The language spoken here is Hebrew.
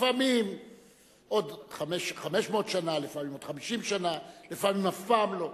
לפעמים עוד 500 שנה ולפעמים עוד 50 שנה ולפעמים אף פעם לא,